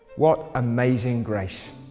what amazing grace.